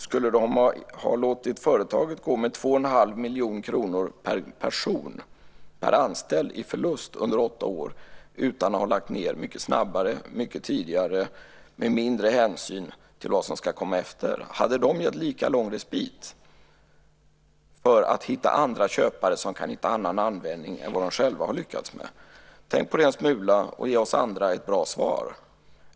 Skulle de ha låtit företaget gå med 2 1⁄2 miljon kronor i förlust per person, per anställd, under åtta år utan att ha lagt ned mycket snabbare, mycket tidigare, med mindre hänsyn till vad som ska komma efter? Hade de givit lika lång respit för att hitta andra köpare, som kan hitta annan användning än de själva har lyckats med? Tänk på det en smula och ge oss andra ett bra svar.